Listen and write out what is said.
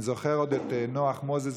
אני זוכר עוד את נח מוזס,